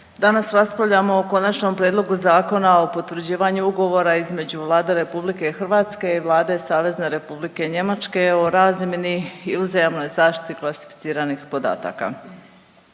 Danas raspravljamo o Konačnom prijedlogu Zakona o potvrđivanju Ugovora između Vlade Republike Hrvatske i Vlade Savezne Republike Njemačke o razmjeni i uzajamnoj zaštiti klasificiranih podataka.